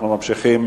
אנחנו ממשיכים